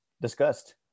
discussed